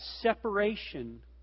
separation